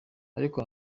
ariko